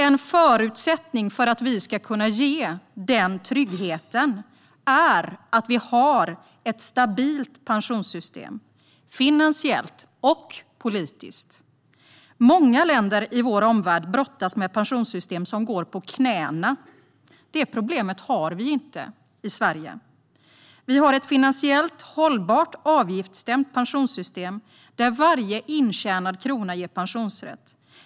En förutsättning för att vi ska kunna ge den tryggheten är att vi har ett stabilt pensionssystem, finansiellt och politiskt. Många länder i vår omvärld brottas med pensionssystem som går på knäna. Detta problem har vi inte i Sverige. Vi har ett finansiellt hållbart och avgiftsbestämt pensionssystem, där varje intjänad krona ger pensionsrätt.